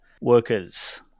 workers